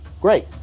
great